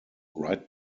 right